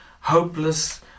hopeless